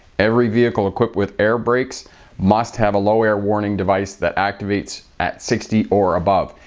every vehicle equipped with air brakes must have a low air warning device that activates at sixty or above.